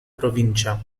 provincia